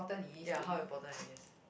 ya how important it is